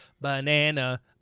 Banana